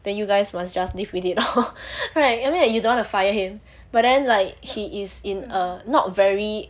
then you guys must just live with it lor right I mean you don't want to fire him but then like he is in a not very